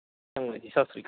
ਚੰਗਾ ਜੀ ਸਤਿ ਸ਼੍ਰੀ